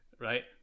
Right